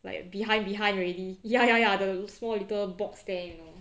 like behind behind already ya ya ya the small little box there you know